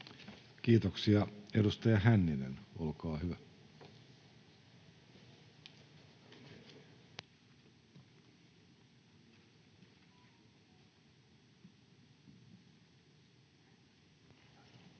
Kiitoksia. — Edustaja Hänninen, olkaa hyvä. Arvoisa